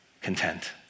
content